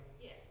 Yes